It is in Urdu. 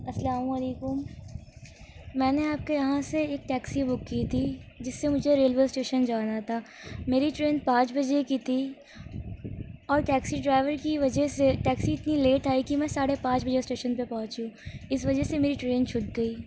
السلام علیکم میں نے آپ کے یہاں سے ایک ٹیکسی بک کی تھی جس سے مجھے ریلوے اسٹیشن جانا تھا میری ٹرین پانچ بجے کی تھی اور ٹیکسی ڈرائیور کی وجہ سے ٹیکسی اتنی لیٹ آئی کہ میں ساڑھے پانچ بجے اسٹیشن پے پہنچی اس وجہ سے میری ٹرین چھوٹ گئی